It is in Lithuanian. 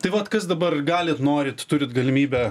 tai vat kas dabar galit norit turit galimybę